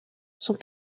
sont